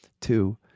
Two